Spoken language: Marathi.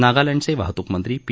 नागालड्ये वाहतूक मंत्री पी